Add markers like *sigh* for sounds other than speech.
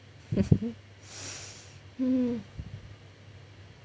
*laughs* *breath* mm